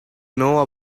know